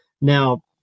Now